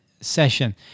session